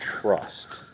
trust